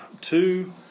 two